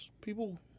people